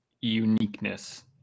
uniqueness